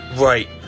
right